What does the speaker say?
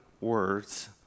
words